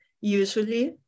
usually